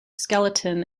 skeleton